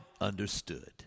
Understood